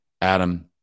Adam